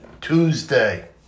tuesday